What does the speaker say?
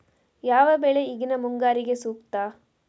ಯಾವ ಬೆಳೆ ಈಗಿನ ಮುಂಗಾರಿಗೆ ಸೂಕ್ತ?